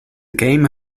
game